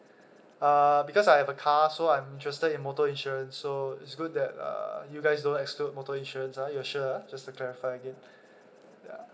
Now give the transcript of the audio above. uh because I have a car so I'm interested in motor insurance so it's good that uh you guys don't exclude motor insurance ah you are sure ah just to clarify again ya